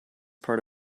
part